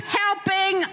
helping